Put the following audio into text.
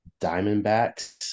Diamondbacks